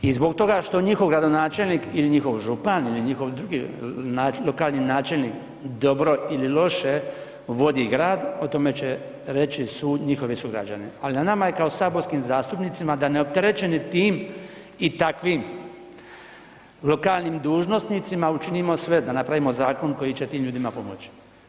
I zbog toga što njihov gradonačelnik ili njihov župan ili njihov lokalni načelnik dobro ili loše vodi grad o tome će reći sud i njihovi sugrađani, a na nama je kao saborskim zastupnicima da neopterećeni tim i takvim lokalnim dužnosnicima učinimo sve, da napravimo zakon koji će tim ljudima pomoći.